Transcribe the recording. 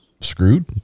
screwed